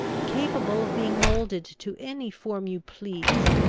capable of being moulded to any form you pleased.